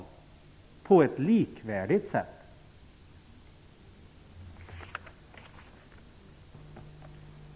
Det är viktigt. Kritiken drabbar också mig själv och